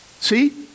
see